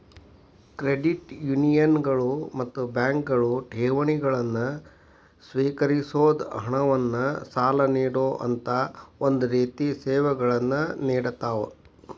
credit ಯೂನಿಯನ್ಗಳು ಮತ್ತ ಬ್ಯಾಂಕ್ಗಳು ಠೇವಣಿಗಳನ್ನ ಸ್ವೇಕರಿಸೊದ್, ಹಣವನ್ನ್ ಸಾಲ ನೇಡೊಅಂತಾ ಒಂದ ರೇತಿ ಸೇವೆಗಳನ್ನ ನೇಡತಾವ